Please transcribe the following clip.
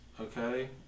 Okay